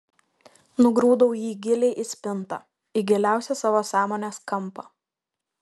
nugrūdau jį giliai į spintą į giliausią savo sąmonės kampą